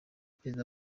perezida